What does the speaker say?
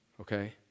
Okay